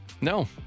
No